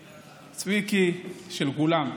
צביקי, של כולם.